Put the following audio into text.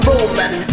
Roman